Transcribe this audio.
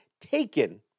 taken